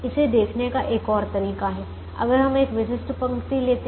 इसे देखने का एक और तरीका है अगर हम एक विशिष्ट पंक्ति लेते हैं